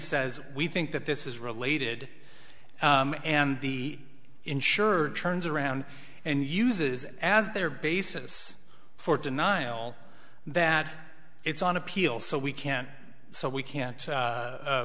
says we think that this is related and the insurer turns around and uses as their basis for denial that it's on appeal so we can't so we can't